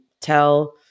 tell